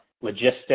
logistics